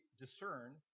discern